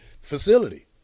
facility